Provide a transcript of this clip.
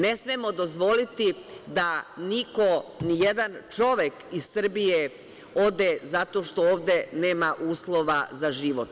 Ne smemo dozvoliti da niko, ni jedan čovek iz Srbije ode zato što ovde nema uslova za život.